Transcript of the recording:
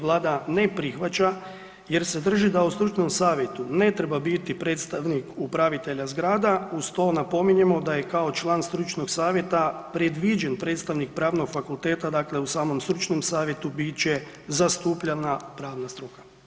Vlada ne prihvaća jer se drži da u stručnom savjetu ne treba biti predstavnik upravitelja zgrada, uz to napominjemo da je kao član stručnog savjeta predviđen predstavnik Pravnog fakultet dakle u samom stručnom savjetu bit će zastupljena pravna struka.